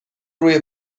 روی